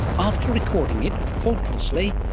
after recording it faultlessly,